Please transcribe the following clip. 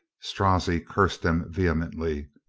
strozzi cursed them vehemently.